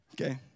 Okay